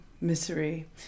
misery